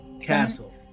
Castle